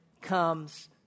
comes